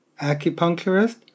acupuncturist